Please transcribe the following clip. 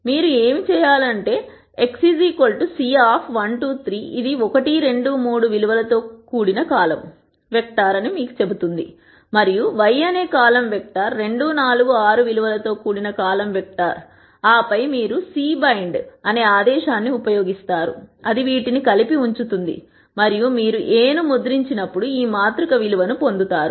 మీరు ఏమి చేయాలంటే X c 1 2 3 ఇది 1 2 3 విలువలతో కూడిన కాలమ్ వెక్టర్ అని మీకు చెబుతుంది మరియు y అనే కాలమ్ వెక్టర్ 2 4 6 విలువలతో కూడిన కాలమ్ వెక్టర్ ఆపై మీరు C bind x y cbind x y ఆదేశాన్ని ఉపయోగిస్తారు అది వీటిని కలిపి ఉంచుతుంది మరియు మీరు A ను ముద్రించినప్పుడు ఈ మాతృక విలువను పొందుతారు